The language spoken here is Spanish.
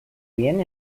bien